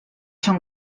són